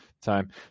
time